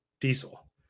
Diesel